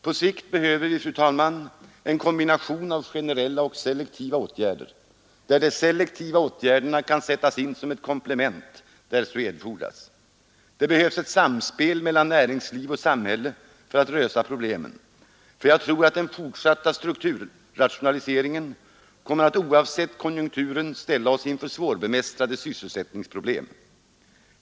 På sikt behöver vi, fru talman, en kombination av generella och selektiva åtgärder, där de selektiva åtgärderna kan sättas in som ett komplement då så erfordras. Det behövs ett samspel mellan näringsliv och samhälle för att lösa problemen, för jag tror att den fortsatta strukturrationaliseringen kommer att — oavsett konjunkturen — ställa oss inför svårbemästrade sysselsättningsproblem.